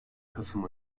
kasım